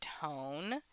tone